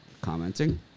commenting